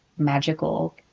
magical